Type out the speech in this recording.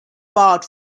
barred